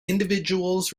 individuals